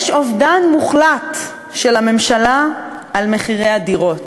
יש אובדן שליטה מוחלט של הממשלה על מחירי הדירות,